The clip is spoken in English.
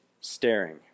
staring